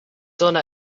done